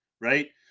Right